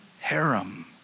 harem